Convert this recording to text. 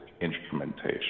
instrumentation